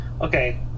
Okay